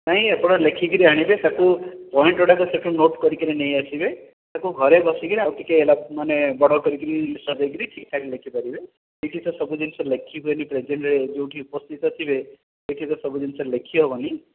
ନାହିଁ ଆପଣ ଲେଖିକରି ଆଣିବେ ତାକୁ ପଏଣ୍ଟ ଗୁଡ଼ାକୁ ସେଠୁ ନୋଟ୍ କରିକି ନେଇଆସିବେ ତାକୁ ଘରେ ବସିକି ଆଉ ଟିକେ ମାନେ ବଡ଼ କରାଇକି ସଜାଇ କରି ଠିକ ଠାକ ଲେଖି ପାରିବେ ସବୁ ଜିନିଷ ଲେଖିକରିକି ପ୍ରେଜେଣ୍ଟରେ ଯେଉଁଠି ଉପସ୍ଥିତ ଥିବେ ସେଠି ତ ସବୁ ଜିନିଷ ଲେଖି ହେବନି